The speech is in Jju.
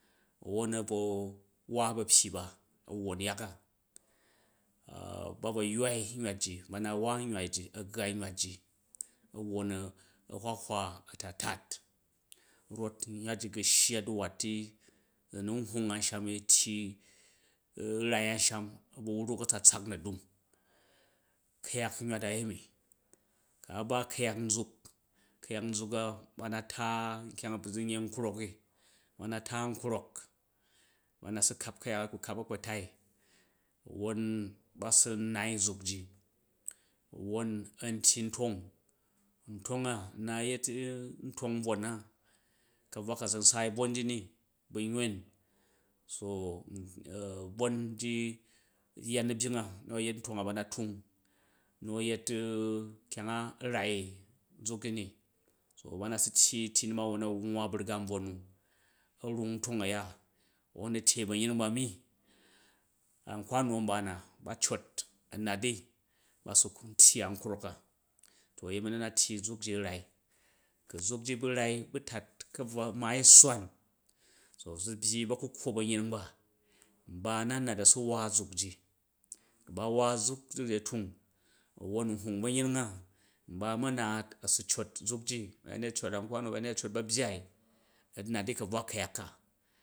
Won a̱ bro wa ba̱pyi ba a̱ wwon yaka ba bro ywai gwat ji, ba na wa nywat ji a̱ gghai nywat ji a̱ wwon a̱hwa-hwa a̱ta-tat rot nywot ji u̱ ga shya du̱wat ti zi na̱ nhung a̱nsham ni u rai a̱usham u̱ gu wruk a̱tsatsak na̱dung ku̱yak nywat a yemi. Ku a ba ku̱yak nzuk, ku̱yak nzak a̱ ta na ta nkyong a zu nyei nkrok i, ba ta nkrok won a̱ si kap ku̱yak a kpa kap ba̱kpa̱tai won ba su u nai zuk ji won a̱n tyi ntong ntong a nna yet ntong nbvong na, ka̱buwa ka zu n saai bvonji ni, bu̱ nyon, so bvonji yaan na̱bying a nu a̱ yet ntonga ba na tung nu a̱ yet kyang a rai zukji ni, so ba na sutyi na̱ma̱won a̱ nwwa a̱burga nbwon nu a̱ rung ntong a̱ya won a̱ tyei ba̱nyring bami a̱n kwane nba na ba cot a̱ nati ba su tyi a̱m kroka, to a̱yemi nu a̱ma tyi zuk ji u̱ rai ku̱ zuk ji bu̱ rai su̱ kat ka̱buwa u maai sswan so zu byyi ba̱kukkwo ba̱nyring ba nba a̱ na nat a̱ su wa zuk ji, ku̱ ba wa zuk ji a̱ tung a̱won nhung ba̱nyringa nba a man naat a su cot zuk ji ba̱yanyet a̱ccok an kwano ba̱yanyet a cot u ba a̱byai a̱ nat di ka̱buwa ku̱yak ka.